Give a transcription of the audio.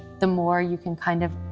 the more you can kind of